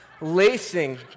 lacing